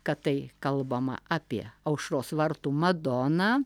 kad tai kalbama apie aušros vartų madoną